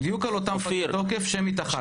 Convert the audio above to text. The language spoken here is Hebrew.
בדיוק על אותם פגי תוקף, שמית אחת.